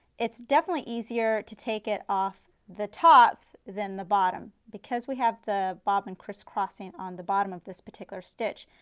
it's definitely easier to take it off the top, than the bottom because we have the bobbin crisscrossing on the bottom of this particular stitch.